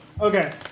Okay